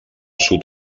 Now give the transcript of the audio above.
sud